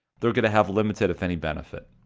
they're going to have limited, if any, benefit.